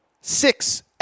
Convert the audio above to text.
six